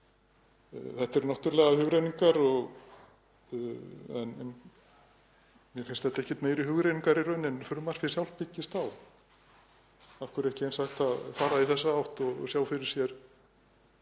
Þetta eru náttúrlega hugrenningar en mér finnst þetta ekkert meiri hugrenningar í raun en frumvarpið sjálft byggist á. Af hverju er ekki hægt að fara í þessa átt og sjá fyrir sér